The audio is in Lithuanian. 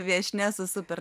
viešnia su super